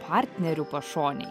partneriu pašonėj